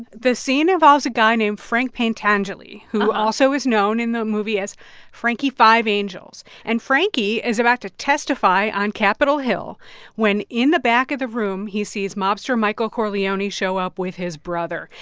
the scene involves a guy named frank pentangeli, who also is known in the movie as frankie five angels. and frankie is about to testify on capitol hill when, in the back of the room, he sees mobster michael corleone show up with his brother.